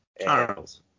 Charles